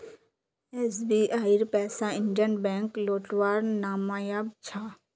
एसबीआईर पैसा Indian Bank लौटव्वात नाकामयाब छ